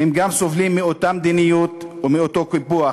גם הם סובלים מאותה מדיניות ומאותו קיפוח